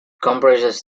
comprises